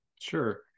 Sure